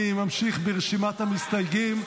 אני ממשיך ברשימת המסתייגים.